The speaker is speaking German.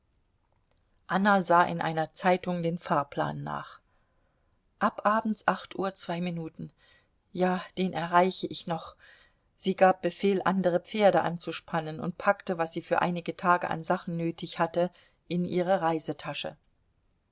anna sah in einer zeitung den fahrplan nach ab abends acht uhr zwei minuten ja den erreiche ich noch sie gab befehl andere pferde anzuspannen und packte was sie für einige tage an sachen nötig hatte in ihre reisetasche